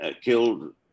Killed